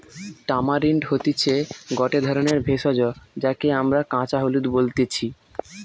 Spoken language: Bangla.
টামারিন্ড হতিছে গটে ধরণের ভেষজ যাকে আমরা কাঁচা হলুদ বলতেছি